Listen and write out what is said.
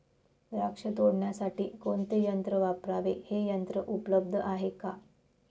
द्राक्ष तोडण्यासाठी कोणते यंत्र वापरावे? हे यंत्र उपलब्ध आहे का?